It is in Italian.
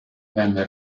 venne